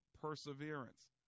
perseverance